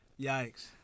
Yikes